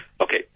Okay